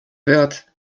wird